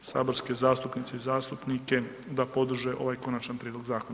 saborske zastupnice i zastupnike da podrže ovaj konačan prijedlog zakona.